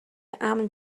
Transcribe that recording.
امن